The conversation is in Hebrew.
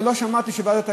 ולא שמעתי שוועדת האתיקה,